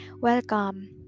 Welcome